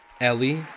Ellie